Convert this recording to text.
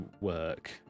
work